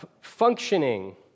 functioning